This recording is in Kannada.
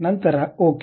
ನಂತರ ಓಕೆ